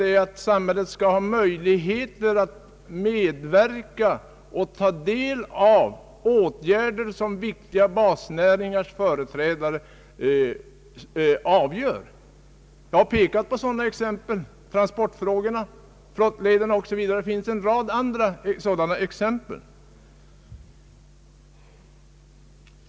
Det är att samhället skall ha möjligheter att medverka i och ta del av åtgärder som avgörs av viktiga basnäringars företrädare. Jag har som exempel framhållit transportfrågor, flottleder 0. s. v. Det finns en rad andra sådana exempel.